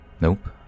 nope